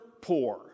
poor